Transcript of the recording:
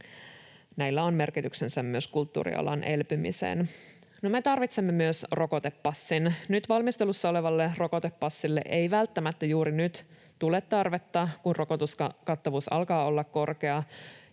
Näillä on merkityksensä myös kulttuurialan elpymiselle. No, me tarvitsemme myös rokotepassin. Nyt valmistelussa olevalle rokotepassille ei välttämättä juuri nyt tule tarvetta, kun rokotuskattavuus alkaa olla korkea